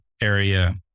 area